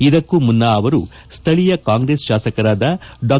ಇದಕ್ಕೂ ಮುನ್ನ ಅವರು ಸ್ವಳೀಯ ಕಾಂಗ್ರೆಸ್ ಶಾಸಕರಾದ ಡಾ